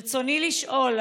ברצוני לשאול,